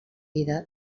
vida